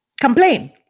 complain